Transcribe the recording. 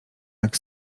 jak